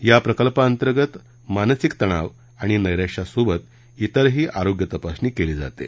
या प्रकल्पांतर्गत मानसिक तणाव आणि नैराश्यासोबत इतरही आरोग्य तपासणी केली जाते